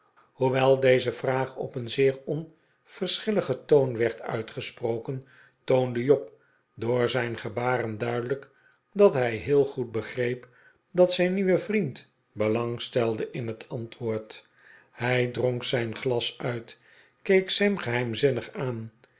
hoewel deze vraag op een zeer onverschilligen toon werd uitgesproken toonde job door zijn gebaren duidelijk dat hij heel goed begreep dat zijn nieuwe vriend belang stelde in het ant woord hij dronk zijn glas uit keek sam geheimzinnig aan